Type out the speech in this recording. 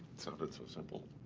sounded so simple.